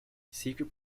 secret